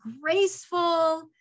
graceful